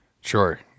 Sure